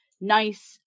nice